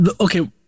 okay